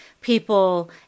people